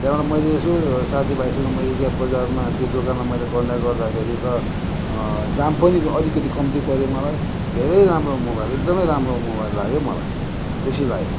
त्यहाँबाट मैले यसो साथीभाइसँग मैले त्यहाँ बजारमा त्यो दोकानमा मैले कन्ट्याक गर्दाखेरि त दाम पनि अलिकति कम्ती पऱ्यो मलाई धेरै राम्रो मोबाइल एकदमै राम्रो मोबाइल लाग्यो मलाई खुसी लायो